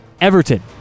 Everton